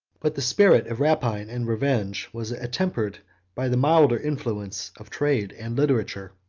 but the spirit of rapine and revenge was attempered by the milder influence of trade and literature.